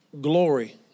glory